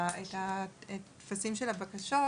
את הטפסים של הבקשות,